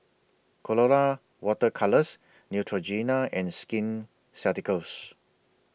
Colora Water Colours Neutrogena and Skin Ceuticals